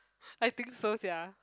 I think so sia